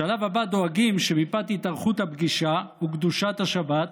בשלב הבא דואגים שמפאת התארכות הפגישה וקדושת השבת,